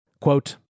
Quote